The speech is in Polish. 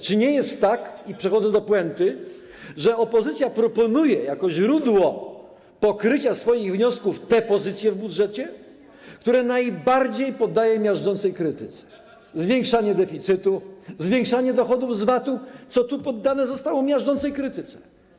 Czy nie jest tak - i przechodzę do puenty - że opozycja proponuje jako źródło pokrycia kosztów realizacji swoich wniosków te pozycje w budżecie, które poddaje najbardziej miażdżącej krytyce: zwiększanie deficytu, zwiększanie dochodów z VAT-u, co tu poddane zostało miażdżącej krytyce?